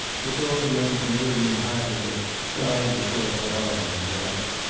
the tall young canadian highlander died before peronne in march.